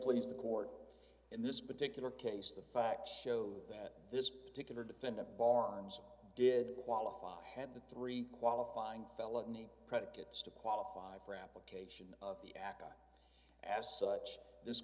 please the court in this particular case the facts show that this particular defendant barmes did qualify had the three qualifying felony predicates to qualify for application of the aca as such th